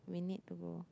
we need to go